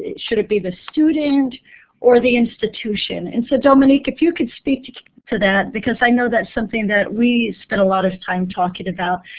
should it be the student or the institution? and so dominique, if you can speak to to that, because i know that's something that we spent a lot of time talking about.